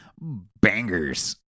bangers